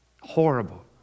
Horrible